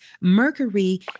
Mercury